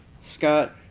Scott